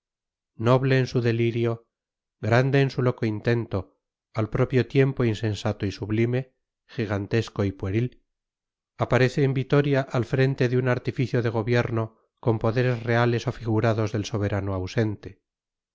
noble en su delirio grande en su loco intento al propio tiempo insensato y sublime gigantesco y pueril aparece en vitoria al frente de un artificio de gobierno con poderes reales o figurados del soberano ausente